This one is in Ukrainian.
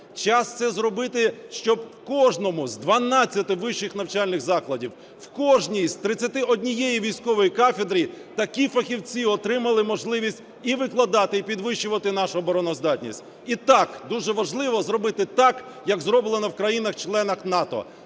Час це зробити, щоб в кожному з 12 вищих навчальних закладів, в кожній з 31 військової кафедри такі фахівці отримали можливість і викладати, і підвищувати нашу обороноздатність. І так дуже важливо зробити так, як зроблено в країнах-членах НАТО.